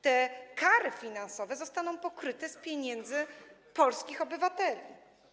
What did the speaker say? Te kary finansowe zostaną pokryte z pieniędzy polskich obywateli.